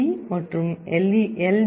D மற்றும் L